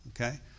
okay